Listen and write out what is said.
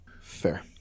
Fair